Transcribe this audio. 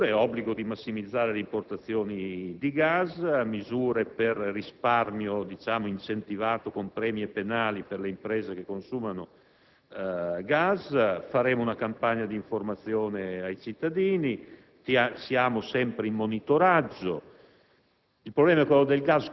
alcune misure, quali l'obbligo di massimizzare le importazioni di gas, misure per il risparmio incentivato con premi e penali per le imprese che consumano gas, faremo una campagna di informazione ai cittadini; siamo sempre in monitoraggio.